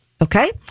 Okay